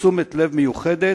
בתשומת לב מיוחדת,